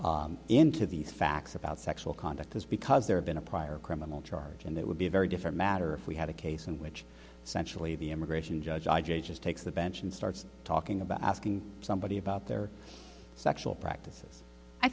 made into these facts about sexual conduct is because there have been a prior criminal charge and it would be a very different matter if we had a case in which essentially the immigration judges takes the bench and starts talking about asking somebody about their sexual practices i